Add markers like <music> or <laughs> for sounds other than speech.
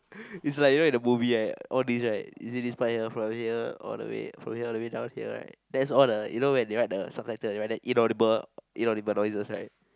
<laughs> is like you know in the movie right all these right is this fly here from here all the way follow all the way down here right there's all you know when they write the subtitles they write the the inaudible inaudible noises right